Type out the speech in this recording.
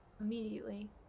immediately